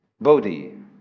bodhi